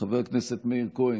חבר הכנסת מאיר כהן,